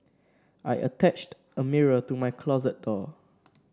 I attached a mirror to my closet door